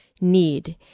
need